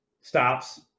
Stops